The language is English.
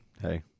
hey